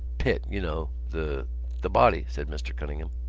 pit, you know. the the body, said mr. cunningham.